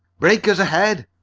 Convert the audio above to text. breakers ahead!